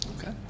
Okay